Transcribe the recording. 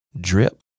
drip